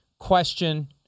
Question